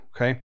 okay